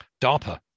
DARPA